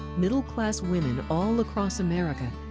middle class women all across america,